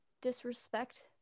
disrespect